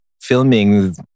filming